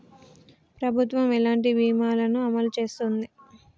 ప్రభుత్వం ఎలాంటి బీమా ల ను అమలు చేస్తుంది?